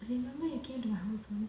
I remember you came to my house